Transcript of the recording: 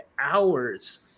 hours